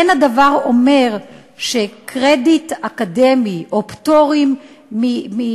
אין הדבר אומר שקרדיט אקדמי או פטור מקורסים